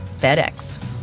FedEx